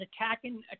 attacking